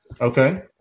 Okay